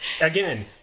again